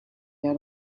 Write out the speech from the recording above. had